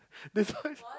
that's why